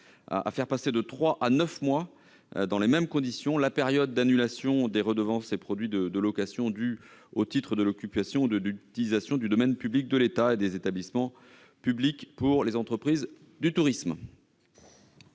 à faire passer de trois mois à neuf mois, dans les mêmes conditions, la période d'annulation des redevances et produits de location dus au titre de l'occupation ou de l'utilisation du domaine public de l'État et de ses établissements publics pour les entreprises du tourisme.